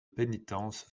pénitence